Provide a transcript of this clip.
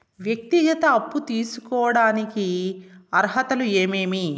వ్యక్తిగత అప్పు తీసుకోడానికి అర్హతలు ఏమేమి